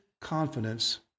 confidence